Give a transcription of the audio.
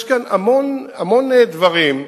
יש כאן המון דברים,